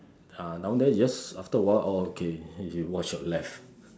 uh down there you just after a while oh okay you watch your left